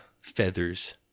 feathers